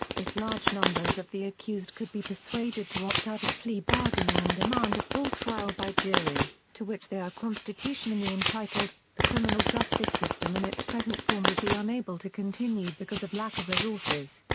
if large numbers of the accused could be persuaded to opt out of plea bargaining and demand a full trial by jury, to which they are constitutionally entitled, the criminal justice system in its present form would be unable to continue because of lack of resources.